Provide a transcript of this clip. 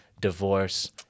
divorce